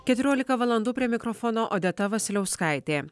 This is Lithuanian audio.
keturiolika valandų prie mikrofono odeta vasiliauskaitė